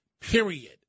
period